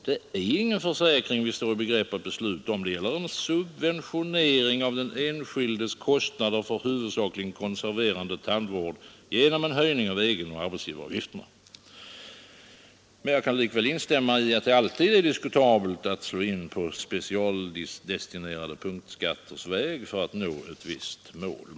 Det är ingen försäkring vi står i begrepp att besluta om — det gäller en subventionering av den enskildes kostnader för huvudsakligen konserverande tandvård genom en höjning av egenoch arbetsgivaravgifterna. Men jag kan likväl instämma i att det alltid är diskutabelt att slå in på specialdestinerade punktskatters väg för att nå ett visst mål.